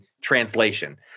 translation